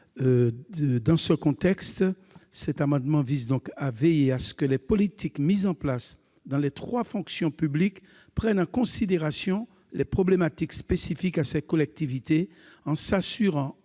sont originaires. Il s'agit de veiller à ce que les politiques mises en place dans les trois fonctions publiques prennent en considération les problématiques spécifiques à ces collectivités, en s'assurant,